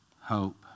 hope